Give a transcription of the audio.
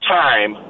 time